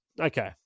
okay